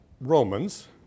Romans